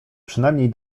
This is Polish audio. przynajmniej